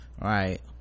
right